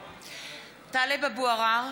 (קוראת בשמות חברי הכנסת) טלב אבו עראר,